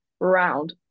round